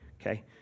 Okay